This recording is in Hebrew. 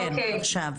אוקיי.